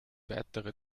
weitere